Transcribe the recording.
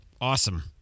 awesome